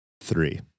Three